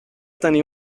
tenir